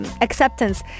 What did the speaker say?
acceptance